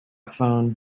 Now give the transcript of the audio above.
phone